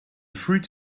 fruit